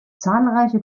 zahlreiche